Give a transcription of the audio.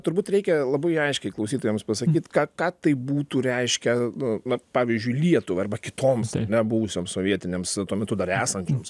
turbūt reikia labai aiškiai klausytojams pasakyt ką ką tai būtų reiškę nu va pavyzdžiui lietuvai arba kitoms buvusioms sovietinėms tuo metu dar esančioms